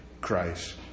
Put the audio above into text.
Christ